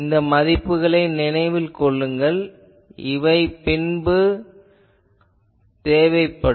இந்த மதிப்புகளை நினைவில் கொள்ளுங்கள் இவை பின்பு தேவைப்படும்